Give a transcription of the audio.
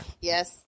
Yes